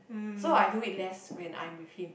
so I do it less when I'm with him